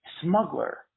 smuggler